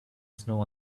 snow